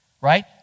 right